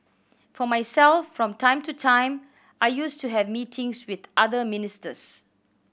for myself from time to time I used to have meetings with other ministers